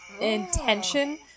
intention